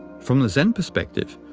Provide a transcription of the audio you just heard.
from the zen perspective,